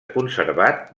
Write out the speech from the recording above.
conservat